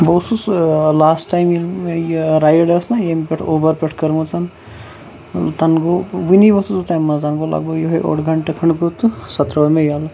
بہٕ اوسُس ٲں لاسٹ ٹایم ییٚلہِ مےٚ یہِ رایڈ ٲس نا ییٚمہِ پٮ۪ٹھ اوبَر پٮ۪ٹھ کٔرمٕژ ٲں تَنہٕ گوٚو وُنی ووتھُس بہٕ تَمہِ منٛز تنہِ گوٚو لگ بھگ یِہوے اوٚڑ گھنٹہٕ کھنٛڈ گوٚو تہٕ سۄ ترٛٲو مےٚ ییٚلہٕ